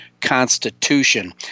Constitution